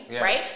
right